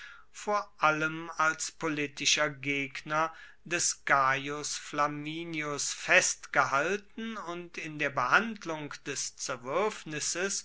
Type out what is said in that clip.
vor allem als politischer gegner des gaius flaminius festgehalten und in der behandlung des zerwuerfnisses